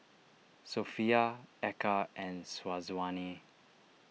Sofea Eka and Syazwani